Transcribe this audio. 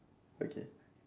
okay